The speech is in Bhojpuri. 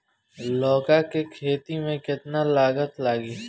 लौका के खेती में केतना लागत लागी?